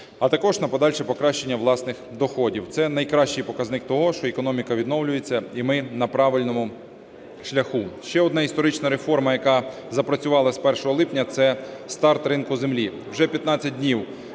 а також на подальше покращання власних доходів. Це найкращий показник того, що економіка відновлюється, і ми на правильному шляху. Ще одна історична реформа, яка запрацювала з 1 липня, це старт ринку землі.